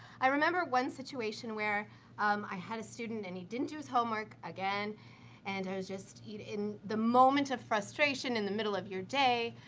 i remember one situation where um i had a student and he didn't do his homework again and i was just, in the moment of frustration in the middle of your day,